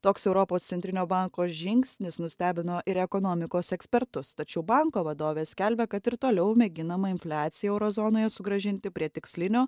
toks europos centrinio banko žingsnis nustebino ir ekonomikos ekspertus tačiau banko vadovė skelbia kad ir toliau mėginama infliaciją euro zonoje sugrąžinti prie tikslinio